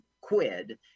quid